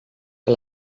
que